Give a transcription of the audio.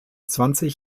zwanzig